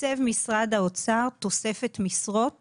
תקצב משרד תוספת משרות